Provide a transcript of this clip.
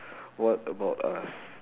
what about us